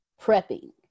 prepping